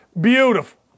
Beautiful